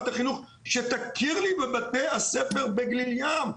החינוך שתכיר לי בבתי הספר בגליל ים.